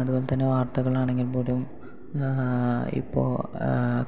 അതുപോലെ തന്നെ വാർത്തകൾ ആണെങ്കിൽ പോലും ഇപ്പോൾ